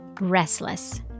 restless